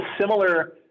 similar